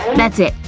that's it!